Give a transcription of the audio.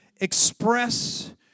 express